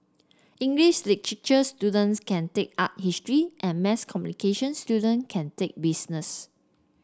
English literature students can take art history and mass communication student can take business